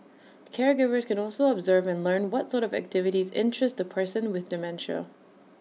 caregivers can also observe and learn what sort of activities interest A person with dementia